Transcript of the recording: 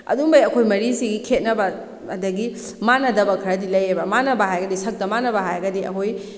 ꯑꯗꯨꯝꯕꯩ ꯑꯩꯈꯣꯏ ꯃꯔꯤꯁꯤꯒꯤ ꯈꯦꯅꯕ ꯑꯗꯒꯤ ꯃꯥꯟꯅꯗꯕ ꯈꯔꯗꯤ ꯂꯩꯔꯦꯕ ꯃꯥꯟꯅꯕ ꯍꯥꯏꯔꯒꯗꯤ ꯁꯛꯇ ꯃꯥꯟꯅꯕ ꯍꯥꯏꯔꯒꯗꯤ ꯑꯩꯈꯣꯏ